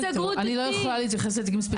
אני לא יכולה להתייחס לתיקים ספציפיים.